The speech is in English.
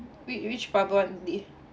which which bubble tea